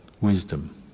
wisdom